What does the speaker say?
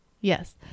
Yes